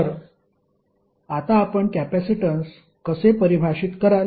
तर आता आपण कॅपेसिटन्स कसे परिभाषित कराल